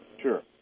Sure